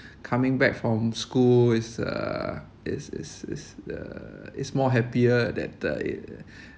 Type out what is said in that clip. coming back from school is uh is is is the is more happier that the it